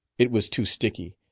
it was too sticky.